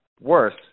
worse